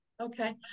Okay